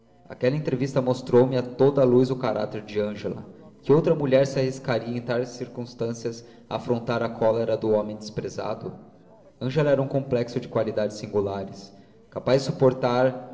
aquela entrevista mostrou-me a toda a luz o caráter de ângela que outra mulher se arriscaria em tais circunstâncias a afrontar a cólera do homem desprezado ângela era um complexo de qualidades singulares capaz de suportar